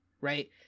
Right